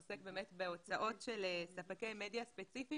עוסק באמת בהוצאות של ספקי מדיה ספציפית